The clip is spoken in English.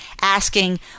asking